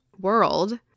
world